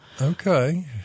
Okay